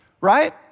right